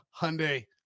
Hyundai